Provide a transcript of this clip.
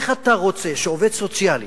איך אתה רוצה שעובד סוציאלי,